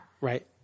Right